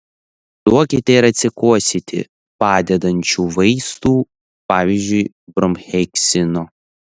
duokite ir atsikosėti padedančių vaistų pavyzdžiui bromheksino